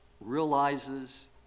realizes